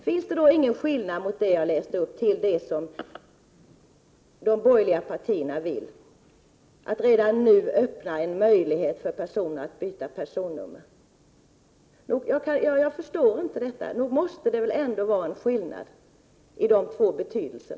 — Finns det ingen skillnad mellan detta och det som de borgerliga partierna vill, dvs. att vi redan nu skall göra det möjligt för personer att byta personnummer? Det måste väl ändå finnas en skillnad mellan dessa två skrivningar!